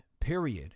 period